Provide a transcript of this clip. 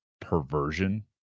perversion